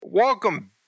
Welcome